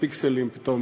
הפיקסלים פתאום